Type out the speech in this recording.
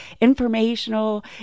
informational